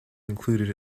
included